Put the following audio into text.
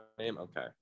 Okay